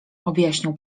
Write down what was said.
objaśnił